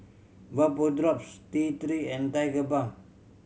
Vapodrops T Three and Tigerbalm